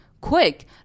Quick